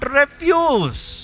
refuse